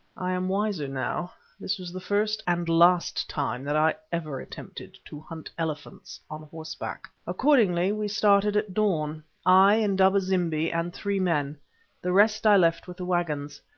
i am wiser now this was the first and last time that i ever attempted to hunt elephants on horseback. accordingly we started at dawn, i, indaba-zimbi, and three men the rest i left with the waggons.